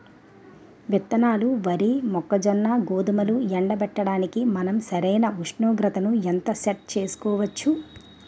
విత్తనాలు వరి, మొక్కజొన్న, గోధుమలు ఎండబెట్టడానికి మనం సరైన ఉష్ణోగ్రతను ఎంత సెట్ చేయవచ్చు?